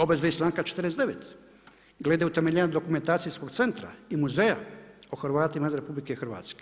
Obveze iz čl.49. gledaju utemeljenje dokumentacijskog centra i muzeja o Hrvatima izvan RH.